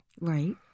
Right